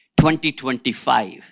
2025